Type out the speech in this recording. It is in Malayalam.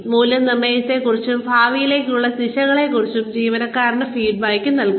മൂല്യനിർണ്ണയത്തെക്കുറിച്ചും ഭാവിയിലേക്കുള്ള ദിശകളെക്കുറിച്ചും ജീവനക്കാരന് ഫീഡ്ബാക്ക് നൽകുക